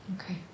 Okay